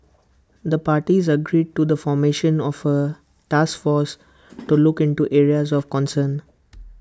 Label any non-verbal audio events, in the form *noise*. the parties agreed to the formation of A task force to *noise* look into areas of concern